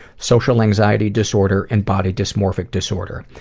social anxiety disorder, and body dysmorphic disorder.